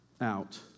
out